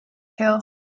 hill